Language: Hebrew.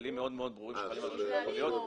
כללים ברורים מאוד ברשויות המקומיות.